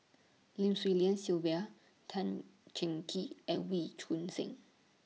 Lim Swee Lian Sylvia Tan Cheng Kee and Wee Choon Seng